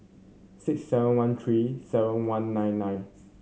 six seven one three seven one nine nine